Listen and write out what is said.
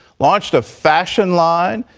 launched a fashion line,